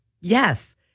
Yes